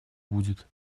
будет